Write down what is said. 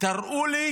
תראו לי